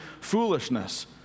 foolishness